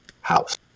house